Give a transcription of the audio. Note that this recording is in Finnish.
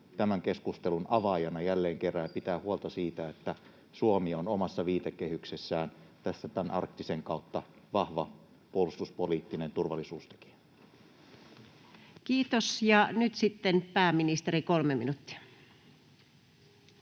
tämän keskustelun avaajana jälleen kerran ja pitää huolta siitä, että Suomi on omassa viitekehyksessään tämän arktisen kautta vahva puolustuspoliittinen turvallisuustekijä. [Speech 69] Speaker: Anu